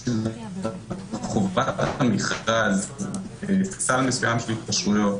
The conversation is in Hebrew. חובת המכרז יוצר חסם מסוים של התקשרויות.